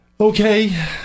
Okay